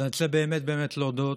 אז אני רוצה באמת, באמת, להודות